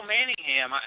Manningham